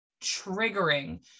triggering